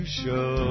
show